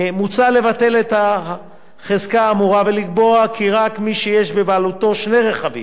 מוצע לבטל את החזקה האמורה ולקבוע כי רק מי שיש בבעלותו שני רכבים,